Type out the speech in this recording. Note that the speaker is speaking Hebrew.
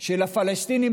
רק תני לי משאף,